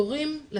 מבחינת ההורים,